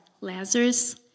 Lazarus